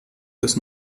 das